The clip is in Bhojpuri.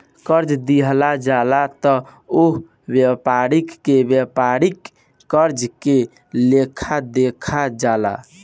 कर्जा दिहल जाला त ओह व्यापारी के व्यापारिक कर्जा के लेखा देखल जाला